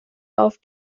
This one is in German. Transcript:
auf